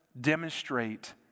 demonstrate